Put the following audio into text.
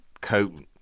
coat